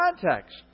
context